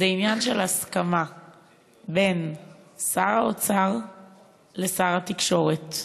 זה עניין של הסכמה בין שר האוצר לשר התקשורת.